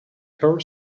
her